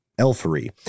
elfery